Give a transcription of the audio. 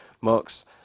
marks